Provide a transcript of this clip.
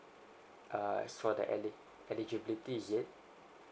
uh It's for the eli~ eligibility is it